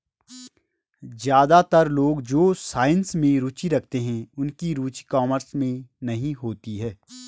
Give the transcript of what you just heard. ज्यादातर लोग जो साइंस में रुचि रखते हैं उनकी रुचि कॉमर्स में नहीं होती